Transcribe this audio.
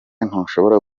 ntushobora